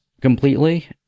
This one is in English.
completely